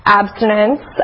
abstinence